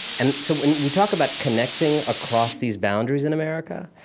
and so when we talk about connecting across these boundaries in america,